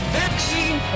vaccine